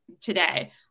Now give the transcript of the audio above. today